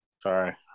Sorry